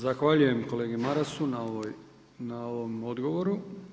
Zahvaljujem kolegi Marasu na ovom odgovoru.